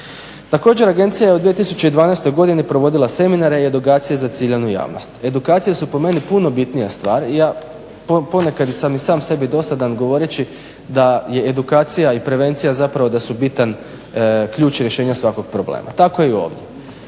Također agencija je u 2012. godini provodila seminare i edukacije za ciljanu javnost. Edukacije su po meni puno bitnija stvar i ja ponekad sam i sam sebi dosadan govoreći da je edukacija i prevencija, zapravo da su bitan ključ rješenja svakog problema, tako i ovdje.